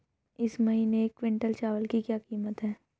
इस महीने एक क्विंटल चावल की क्या कीमत है?